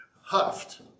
huffed